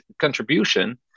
contribution